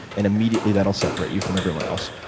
and immediately that will separate you from everyone else,